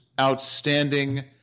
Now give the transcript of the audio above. outstanding